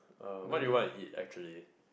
uh what do you want to eat actually